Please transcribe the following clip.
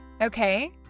Okay